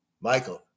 Michael